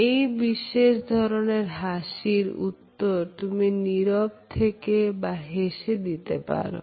এই বিশেষ ধরনের হাসির উত্তর তুমি নিরব থেকে বা হেসে দিতে পারো